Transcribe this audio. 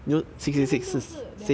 六六六是 devil meh